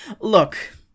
Look